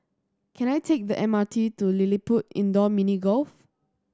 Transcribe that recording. can I take the M R T to LilliPutt Indoor Mini Golf